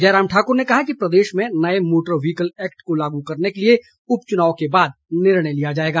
जयराम ठाकुर ने कहा कि प्रदेश में नए मोटर व्हीकल एक्ट को लागू करने के लिए उपचुनाव के बाद निर्णय लिया जाएगा